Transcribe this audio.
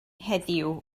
heddiw